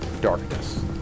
darkness